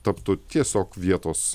taptų tiesiog vietos